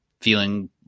feeling